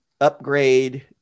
upgrade